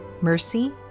mercy